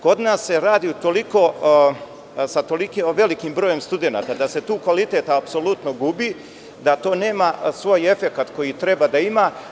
Kod nas se radi sa toliko velikim brojem studenata, da se tu kvalitet apsolutno gubi, da to nema svoj efekat koji treba da ima.